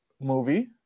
movie